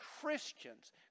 Christians